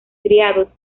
criados